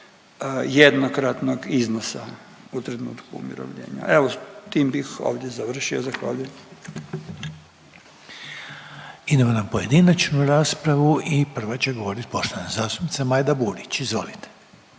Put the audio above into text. jednokratnog iznosa u trenutku umirovljenja. Evo s tim bih ovdje završio. Zahvaljujem. **Reiner, Željko (HDZ)** Idemo na pojedinačnu raspravu i prva će govorit poštovana zastupnica Majda Burić. Izvolite.